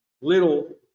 little